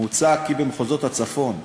מוצע כי במחוזות הצפון,